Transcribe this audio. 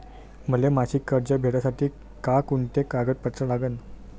मले मासिक कर्ज भेटासाठी का कुंते कागदपत्र लागन?